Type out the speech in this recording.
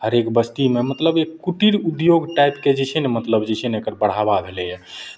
हरेक बस्तीमे मतलब कुटिर उद्योग टाइपके जे छै ने मतलब जे छै ने एकर बढ़ावा भेलैए